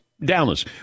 Dallas